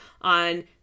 on